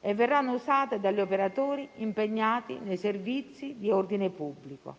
che verranno usate dagli operatori impegnati nei servizi di ordine pubblico.